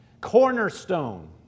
Cornerstone